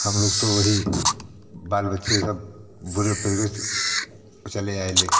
हम लोग तो वही बाल बच्चे सब बुरे परिवेश चले आए लेके